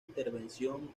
intervención